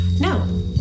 no